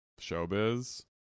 showbiz